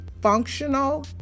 functional